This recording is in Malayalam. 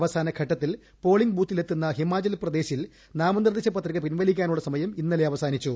അവസാനഘട്ടത്തിൽ പോളിംഗ്പ് ബൂത്തിലെത്തുന്ന ഹിമാചൽപ്രദേശിൽ നാമനിർദ്ദേശ പത്രിക പിൻവലിക്കാനുള്ള സമയം ഇന്നലെ അവസാനിച്ചു